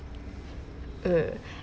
ugh